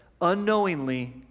unknowingly